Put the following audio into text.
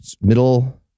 middle